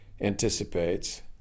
anticipates